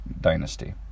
dynasty